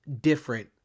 different